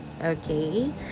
Okay